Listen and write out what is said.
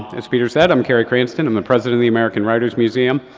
as peter said, i'm carey cranston. i'm the president of the american writer's museum.